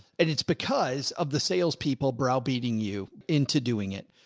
and it's because of the salespeople brow beating you into doing it.